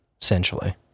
essentially